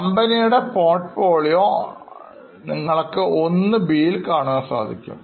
കമ്പനിയുടെ പോർട്ട്ഫോളിയോ നിങ്ങളൊക്കെ 1 bൽകാണുവാൻ സാധിക്കും